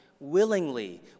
willingly